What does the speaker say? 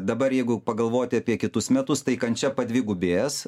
dabar jeigu pagalvoti apie kitus metus tai kančia padvigubės